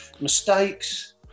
mistakes